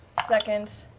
second,